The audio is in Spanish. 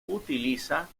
utiliza